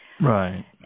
Right